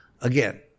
Again